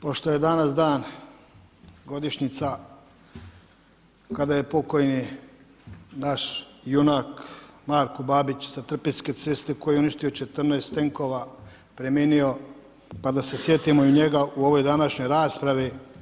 Pošto je danas dan godišnjica kada je pokojni naš junak Marko Babić sa Trpinjske ceste koji je uništio 14 tenkova, ... pa da se sjetimo i njega u ovoj današnjoj raspravi.